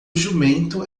jumento